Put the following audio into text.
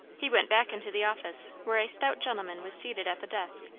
he went back into the office, where a stout gentleman was seated at the desk,